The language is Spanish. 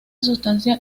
sustancia